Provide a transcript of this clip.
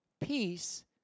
Peace